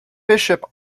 bishop